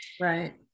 Right